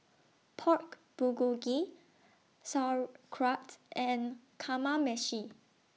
Pork Bulgogi Sauerkraut and Kamameshi